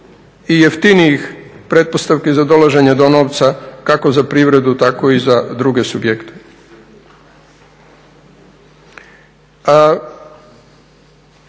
i jeftinijih pretpostavki za dolaženje do novca kako za privredu tako i za druge subjekte.